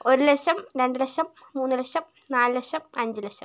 ഒരു ലക്ഷം രണ്ട് ലക്ഷം മൂന്ന് ലക്ഷം നാല് ലക്ഷം അഞ്ച് ലക്ഷം